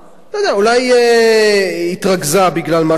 אולי היא התרגזה בגלל מה שקרה,